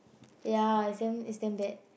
ya it's damn it's damn bad